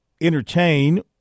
entertain